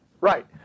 Right